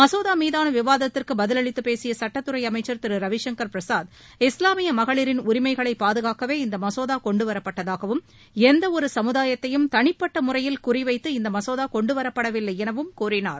மசோதா மீதான விவாதத்திற்கு பதிலளித்து பேசிய சட்டத்துறை அமைச்சர் திரு ரவிசங்கர் பிரசாத் இஸ்லாமிய மகளிரின் உரிமைகளை பாதுகாக்கவே இந்த மசோதா கொண்டுவரப்பட்டதாகவும் எந்தவொரு சமுதாயத்தையும் தனிப்பட்ட முறையில் குறிவைத்து இந்த மசோதா கொண்டுவரப்படவில்லை எனவும் கூறினார்